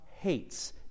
Hates